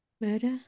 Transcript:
Murder